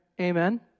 Amen